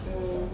mm